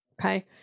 okay